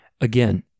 again